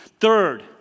Third